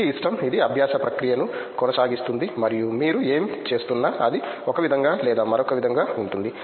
ఇది ఇష్టం ఇది అభ్యాస ప్రక్రియను కొనసాగిస్తుంది మరియు మీరు ఏమి చేస్తున్నా అది ఒక విధంగా లేదా మరొక విధంగా ఉంటుంది